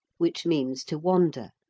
which means to wander.